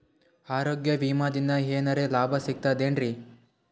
ಆರೋಗ್ಯ ವಿಮಾದಿಂದ ಏನರ್ ಲಾಭ ಸಿಗತದೇನ್ರಿ?